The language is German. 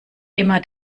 immer